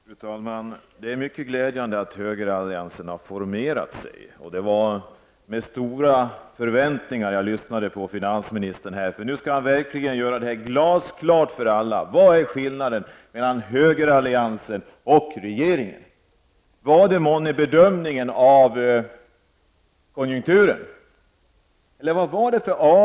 Fru talman! Det är mycket glädjande att högeralliansen har formerat sig. Det var med stor förväntan som jag lyssnade på finansministern här. Nu skall det verkligen bli glasklart för alla vad det är för skillnad mellan högeralliansens och regeringens politik. Handlar det månne om bedömningen av konjunkturen, eller vad handlar det om?